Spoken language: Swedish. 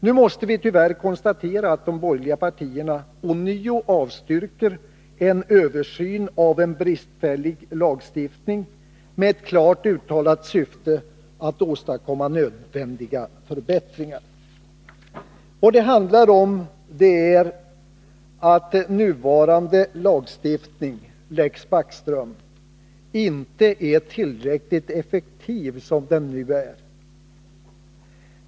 Nu måste vi tyvärr konstatera att de borgerliga partierna ånyo avstyrker förslag om en översyn av en bristfällig lagstiftning med ett klart uttalat syfte att åstadkomma nödvändiga förbättringar. Vad det handlar om är att gällande lagstiftning — Lex Backström — inte är tillräckligt effektiv som den nuär.